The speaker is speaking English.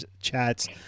Chats